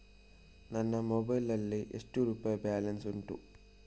ನಿನ್ನ ಮೊಬೈಲ್ ನಲ್ಲಿ ಎಷ್ಟು ರುಪಾಯಿ ಬ್ಯಾಲೆನ್ಸ್ ಉಂಟು?